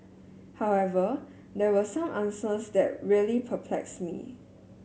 however there were some answers that really perplexed me